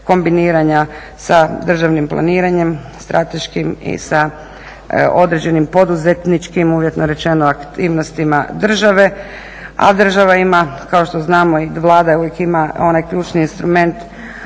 kombiniranja sa državnim planiranjem strateškim i sa određenim poduzetničkim uvjetno rečeno aktivnostima države. A država ima kao što znamo i Vlada uvijek ima onaj ključni instrument